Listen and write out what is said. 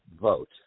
vote